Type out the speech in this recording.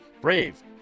brave